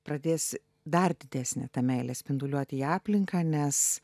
pradės dar didesnė ta meilė spinduliuoti į aplinką nes